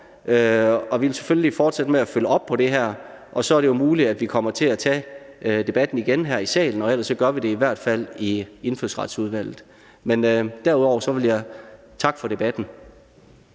vi vil selvfølgelig fortsætte med at følge op på det her, og så er det jo muligt, at vi kommer til at tage debatten igen her i salen. Ellers gør vi det i hvert fald i Indfødsretsudvalget. Men derudover vil jeg takke for debatten.